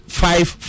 five